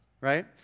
right